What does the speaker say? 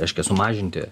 reiškia sumažinti